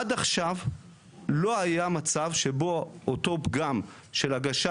עד עכשיו לא היה מצב שבו אותו פגם של הגשה